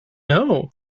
know